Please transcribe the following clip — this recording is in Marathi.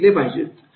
गुंतले पाहिजेत